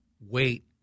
wait